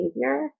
behavior